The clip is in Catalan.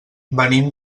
venim